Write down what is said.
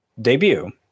debut